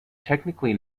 technically